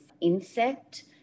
insect